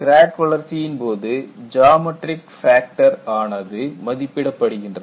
crack வளர்ச்சியின்போது geometry factor ஆனது மதிப்பிடப்படுகின்றது